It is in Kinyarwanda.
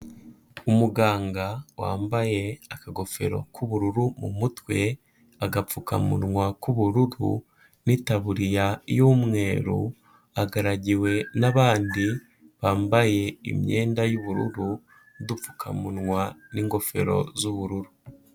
Umuganga wambaye akagofero k'ubururu mu mutwe, agapfukamunwa k'ubururu n'itaburiya y'umweru, agaragiwe n'abandi bambaye imyenda y'ubururu n'udupfukamunwa n'ingofero z'ubururu.